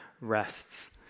rests